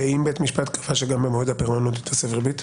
ואם בית משפט קבע שגם במועד הפירעון לא מתווספת ריבית?